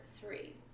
three